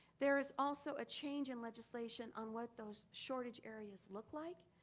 there is also a change in legislation on what those shortage areas look like,